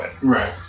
Right